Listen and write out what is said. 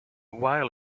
while